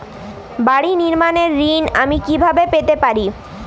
বাড়ি নির্মাণের ঋণ আমি কিভাবে পেতে পারি?